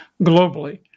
globally